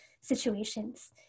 situations